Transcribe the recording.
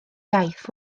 iaith